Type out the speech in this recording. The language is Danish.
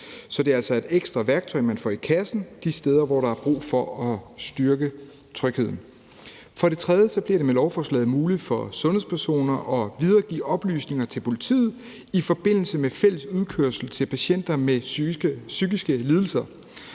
så det er altså et ekstra værktøj, man får i kassen de steder, hvor der er brug for at styrke trygheden. For det tredje bliver det med lovforslaget muligt for sundhedspersoner at videregive oplysninger til politiet i forbindelse med fælles udkørsel til patienter med psykiske lidelser.